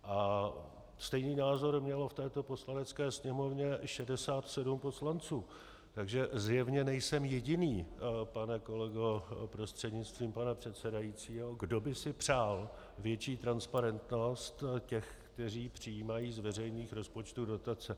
A stejný názor mělo v této Poslanecké sněmovně 67 poslanců, takže zjevně nejsem jediný, pane kolego prostřednictvím pana předsedajícího, kdo by si přál větší transparentnost těch, kteří přijímají z veřejných rozpočtů dotace.